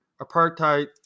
apartheid